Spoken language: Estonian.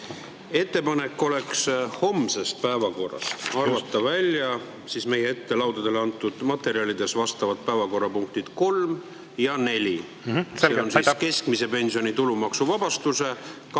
Ettepanek oleks homsest päevakorrast arvata välja meie ette laudadele antud materjalides olevad päevakorrapunktid 3 ja 4. Selge. Aitäh! See on siin keskmise pensioni tulumaksuvabastuse